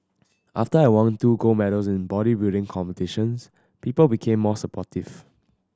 after I won two gold medals in bodybuilding competitions people became more supportive